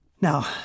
Now